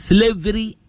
Slavery